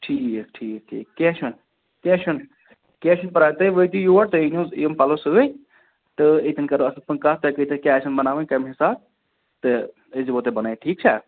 ٹھیٖک ٹھیٖک ٹھیٖک کینٛہہ چھُنہٕ کینٛہہ چھُنہٕ کینٛہہ چھُنہٕ پَرواے تُہۍ وٲتِو یور تُہۍ أنِو یِم پَلَو سۭتۍ تہٕ ییٚتٮ۪ن کَرو اَصٕل پٲٹھۍ کَتھ تۄہہِ کِتھ کٔنۍ کیٛاہ آسان بَناوٕنۍ کَمہِ حِساب تہٕ أسۍ دِمو تۄہہِ بَنٲوِتھ ٹھیٖک چھا